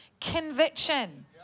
conviction